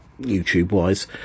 YouTube-wise